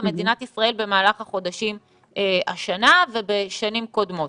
במדינת ישראל במהלך השנה ובשנים קודמות.